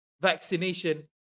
vaccination